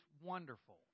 wonderful